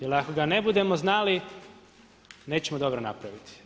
Jer ako ga ne budemo znali nećemo dobro napraviti.